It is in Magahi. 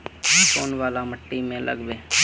कौन वाला माटी में लागबे?